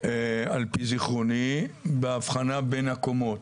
על פי זיכרוני, בהבחנה בין הקומות.